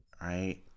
right